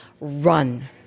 run